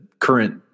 current